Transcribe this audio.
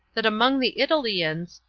that among the italyans,